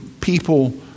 people